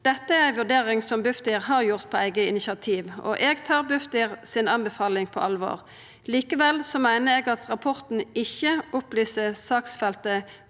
Dette er ei vurdering som Bufdir har gjort på eige initiativ, og eg tar anbefalinga frå Bufdir på alvor. Likevel meiner eg at rapporten ikkje opplyser saksfeltet